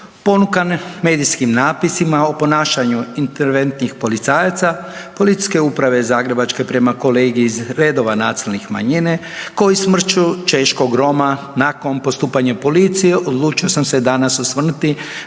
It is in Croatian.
Ponukan medijskim napisima o ponašanju interventnih policajaca PU Zagrebačke prema kolegi iz redova nacionalne manjine koji smrću češkog Roma nakon postupanja policije odlučio sam se danas osvrnuti